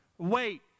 Wait